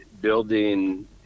building